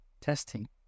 testing